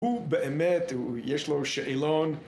הוא באמת, יש לו שאלון